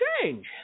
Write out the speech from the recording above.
change